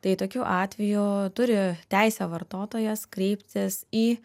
tai tokiu atveju turi teisę vartotojas kreiptis į